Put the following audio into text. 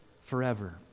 forever